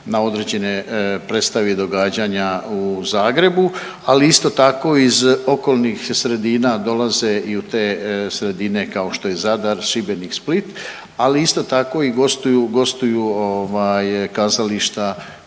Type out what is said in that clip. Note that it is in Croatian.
na određene predstave i događanja u Zagrebu. Ali isto tako iz okolnih sredina dolaze i u te sredine kao što je Zadar, Šibenik, Split, ali isto tako i gostuju, gostuju kazališta